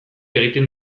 egiten